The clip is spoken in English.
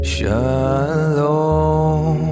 Shalom